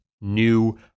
new